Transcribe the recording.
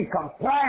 complain